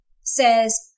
says